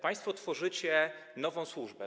Państwo tworzycie nową służbę.